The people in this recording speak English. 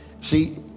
see